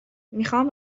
میخوان